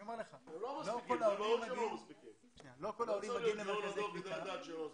לא צריך להיות גאון הדור כדי לדעת שהם לא מספיקים.